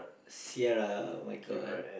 Sierra